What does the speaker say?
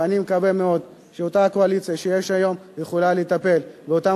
ואני מקווה מאוד שאותה קואליציה שיש היום יכולה לטפל באותן